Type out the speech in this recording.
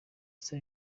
issa